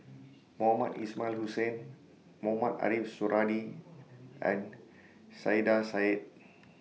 Mohamed Ismail Hussain Mohamed Ariff Suradi and Saiedah Said